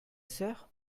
sœur